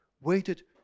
waited